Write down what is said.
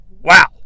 Wow